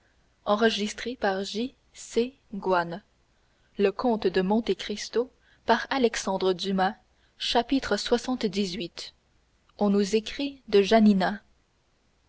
le progrès de cavalcanti fils lxxvii haydée lxxviii on nous écrit de